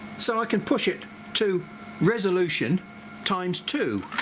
so i can push it to resolution times two